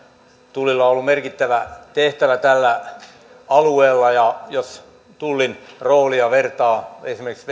tullilla on ollut merkittävä tehtävä tällä alueella ja jos tullin roolia vertaa esimerkiksi